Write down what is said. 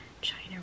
China